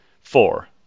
Four